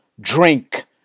drink